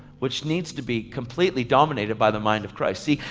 which needs to be completely dominated by the mind of christ. see,